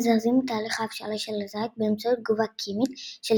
מזרזים את תהליך ההבשלה של הזית באמצעות תגובה כימית של